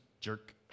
jerk